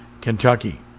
Kentucky